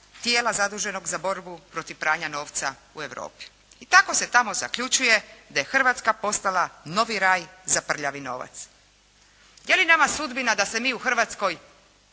tijela zaduženog za borbu protiv pranja novca u Europi. I tako se tamo zaključuje da je Hrvatska postala novi raj za prljavi novac. Je li nama sudbina da se mi u Hrvatskoj